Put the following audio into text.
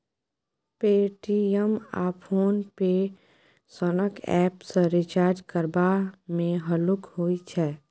Paytm आ PhonePe सनक app सँ रिचार्ज करबा मे हल्लुक होइ छै